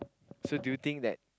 so do you think that